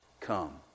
Come